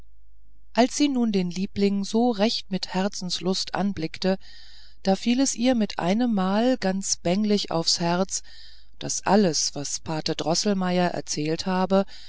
als sie nun den liebling so recht mit herzenslust anblickte da fiel es ihr mit einemmal sehr bänglich aufs herz daß alles was pate droßelmeier erzählt habe